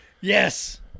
Yes